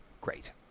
Great